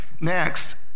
next